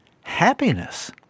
happiness